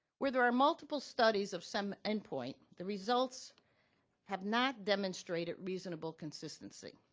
where there are multiple studies of some endpoint, the results have not demonstrated reasonable consistency.